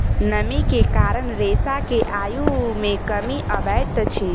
नमी के कारण रेशा के आयु मे कमी अबैत अछि